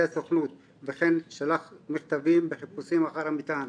הסוכנות וכן שלח מכתבים בחיפושים אחר המטען.